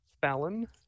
Fallon